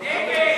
לא נתקבלה.